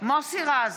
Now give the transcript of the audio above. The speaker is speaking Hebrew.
מוסי רז,